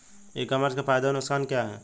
ई commerce के फायदे एवं नुकसान क्या हैं?